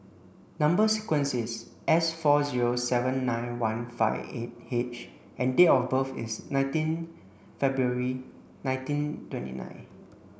number sequence is S four zero seven nine one five eight H and date of birth is nineteen February nineteen twenty nine